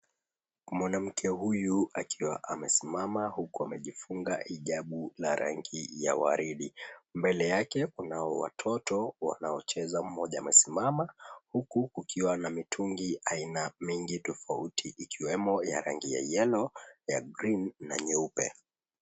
Mwanamke huyu akiwa amesimama huku amejifunga hijabu ya rangi ya waridi. Mbele yake kunao watoto wanaocheza, mmoja amesimama huku kukiwa na mitungi aina mingi tofauti ikiwemo ya rangi ya yellow , green na nyeupe.